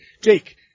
Jake